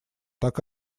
так